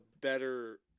better